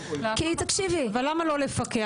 כי תקשיבי -- אבל למה לא לפקח?